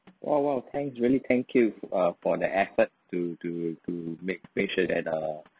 !wow! !wow! thanks really thank you uh for the effort to to to make make sure that uh